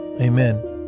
amen